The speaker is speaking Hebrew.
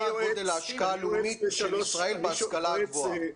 גודל ההשקעה הלאומית של ישראל בהשכלה הגבוהה.